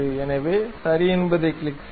எனவே சரி என்பதைக் கிளிக் செய்க